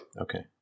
Okay